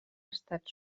estat